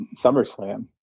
SummerSlam